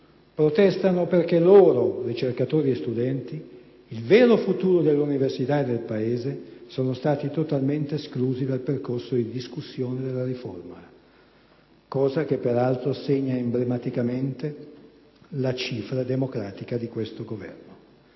protestano perché loro, ricercatori e studenti, il vero futuro dell'università e del Paese, sono stati totalmente esclusi dal percorso di discussione della riforma: cosa che peraltro segna emblematicamente la cifra democratica di questo Governo.